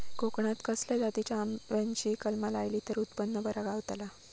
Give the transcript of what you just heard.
कोकणात खसल्या जातीच्या आंब्याची कलमा लायली तर उत्पन बरा गावताला?